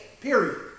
period